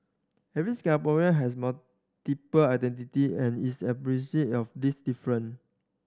every Singaporean has multiple identity and is of these difference